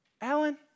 Alan